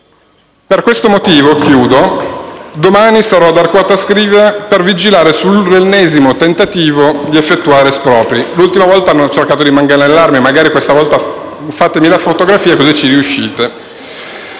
Per questo motivo - e chiudo - domani sarò ad Arquata Scrivia per vigilare sull'ennesimo tentativo di effettuare espropri. L'ultima volta hanno cercato di manganellarmi; stavolta, magari, fatemi una fotografia, così ci riuscite.